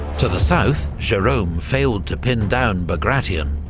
to the south, jerome failed to pin down bagration,